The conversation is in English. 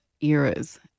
eras